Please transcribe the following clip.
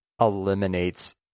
eliminates